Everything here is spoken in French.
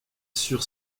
sur